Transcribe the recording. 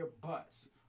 butts